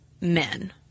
men